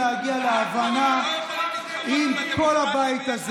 מוכנות כבר עכשיו לעשות כברת דרך בשביל להגיע להבנה עם כל הבית הזה,